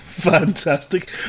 Fantastic